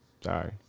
Sorry